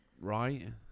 right